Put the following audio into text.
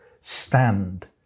stand